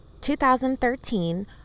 2013